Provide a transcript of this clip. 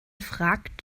fragt